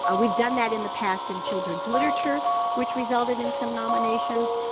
ah we've done that in the past in children's literature which resulted in some nominations.